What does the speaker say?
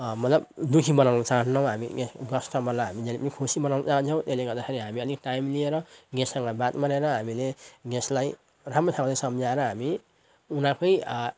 मतलब दुःखी बनाउन चहन्नौँ हामी कस्टमरलाई हामी जहिले पनि खुसी बनाउन चाहन्छौँ त्यसले गर्दाखेरि हामी अलिक टाइम लिएर गेस्टसँग बात मारेर हामीले गेस्टलाई राम्रोसँगले सम्झाएर हामी उनीहरू कै